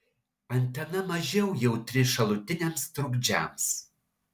antena mažiau jautri šalutiniams trukdžiams